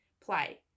play